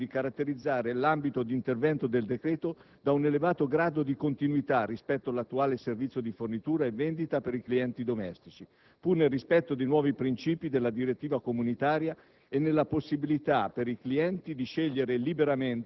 da un mercato vincolato a un mercato libero, si è scelto di caratterizzare l'ambito d'intervento del decreto da un elevato grado di continuità rispetto all'attuale servizio di fornitura e vendita per i clienti domestici, pur nel rispetto dei nuovi princìpi della direttiva comunitaria